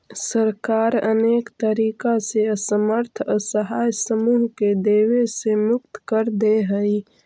सरकार अनेक तरीका से असमर्थ असहाय समूह के देवे से मुक्त कर देऽ हई